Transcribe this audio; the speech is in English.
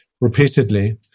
repeatedly